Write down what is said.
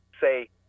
say